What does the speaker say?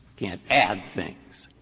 can't add things.